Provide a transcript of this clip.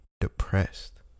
depressed